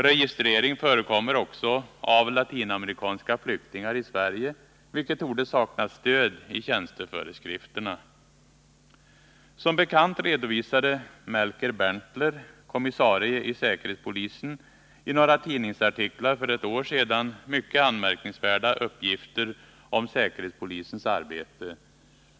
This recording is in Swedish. Registrering förekommer också av latinamerikanska flyktingar i Sverige, vilket torde sakna stöd i tjänsteföreskrifterna. Som bekant redovisade Melker Berntler, kommissarie i säkerhetspolisen, i några tidningsartiklar för ett år sedan mycket anmärkningsvärda uppgifter om säkerhetspolisens arbete.